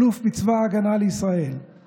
אלוף בצבא ההגנה לישראל,